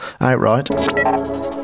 outright